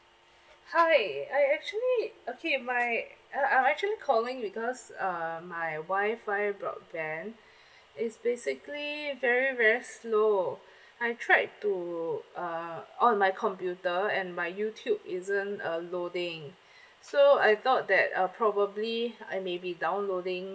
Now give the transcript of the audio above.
hi I actually okay my uh I'm actually calling because uh my WI-FI broadband is basically very very slow I tried to uh on my computer and my youtube isn't uh loading so I thought that uh probably I maybe downloading